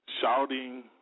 shouting